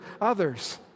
others